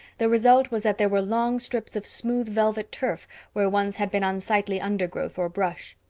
the result was that there were long strips of smooth velvet turf where once had been unsightly undergrowth or brush.